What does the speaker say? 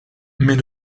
mais